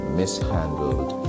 mishandled